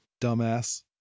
dumbass